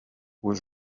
was